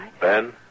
Ben